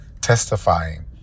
testifying